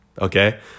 Okay